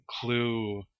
clue